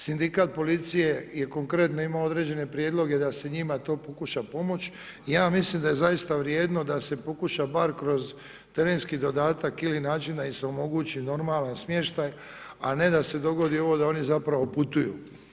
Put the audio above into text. Sindikat policije je konkretno imao određeno prijedloge da se njima to pokuša pomoći i ja mislim da je zaista vrijedno da se pokušao bar kroz terenski dodatak ili naći da im se omogući normalan smještaj, a ne da se dogodi ovo da oni zapravo putuju.